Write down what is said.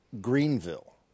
Greenville